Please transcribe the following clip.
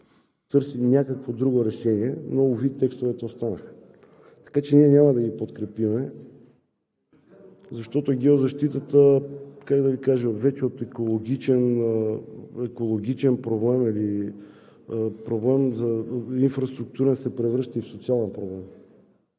търсим някакво друго решение, но уви, текстовете останаха. Така че ние няма да ги подкрепим, защото геозащитата, как да Ви кажа, от екологичен проблем или инфраструктурен проблем вече се превръща в социален проблем.